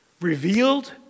revealed